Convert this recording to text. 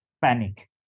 panic